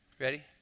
ready